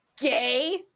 gay